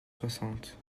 soixante